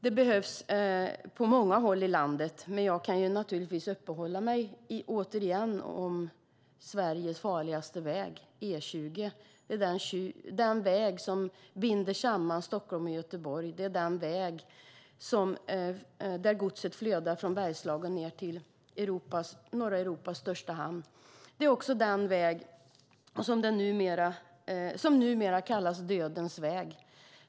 Det behövs på många håll i landet. Jag kan återigen uppehålla mig vid Sveriges farligaste väg, E20. Det är den väg som binder samman Stockholm och Göteborg. Det är den väg där godset flödar från Bergslagen ned till norra Europas största hamn. Det är också den väg som numera kallas dödens väg.